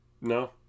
No